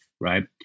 Right